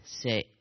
say